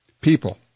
People